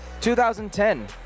2010